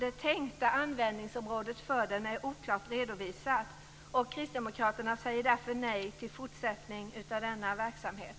Det tänkta användningsområdet är oklart redovisat. Kristdemokraterna säger därför nej till en fortsättning av denna verksamhet.